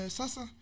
sasa